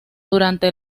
durante